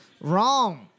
wrong